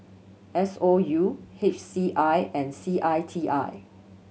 S O U H C I and C I T I